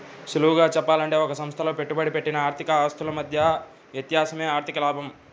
సులువుగా చెప్పాలంటే ఒక సంస్థలో పెట్టుబడి పెట్టిన ఆర్థిక ఆస్తుల మధ్య వ్యత్యాసమే ఆర్ధిక లాభం